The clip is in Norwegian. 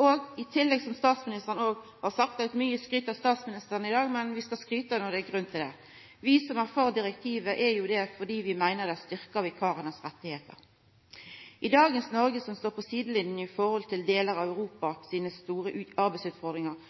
Som statsministeren òg har sagt – det har vore mykje skryt av statsministeren i dag, men vi skal skryta når det er grunn til det – vi som er for direktivet, er jo det fordi vi meiner at det styrkjer rettane til vikarane. I dagens Noreg, som står på sidelinja i forhold til dei store arbeidsutfordringane i delar av Europa,